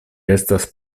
estas